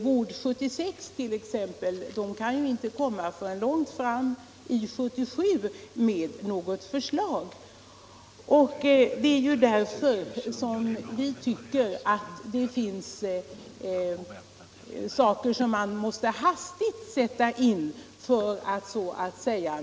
Vård-76 kan t.ex. inte komma med nåpot förslag förrän långt fram under år 1977. Folkpartiet tycker att man hastigt måste sätta in åtgärder.